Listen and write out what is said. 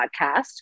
podcast